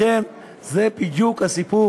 לכן, זה בדיוק הסיפור